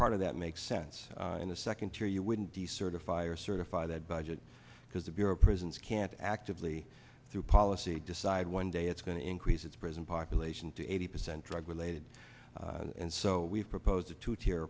part of that makes sense in the second tier you wouldn't decertify or certify that budget because the bureau of prisons can't actively through policy decide one day it's going to increase its prison population to eighty percent drug related and so we've proposed a two tier